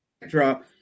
backdrop